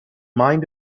mind